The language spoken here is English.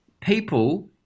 people